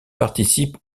participe